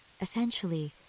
essentially